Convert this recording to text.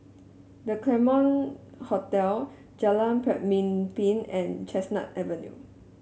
The Claremont Hotel Jalan Pemimpin and Chestnut Avenue